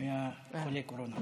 הוא היה חולה קורונה.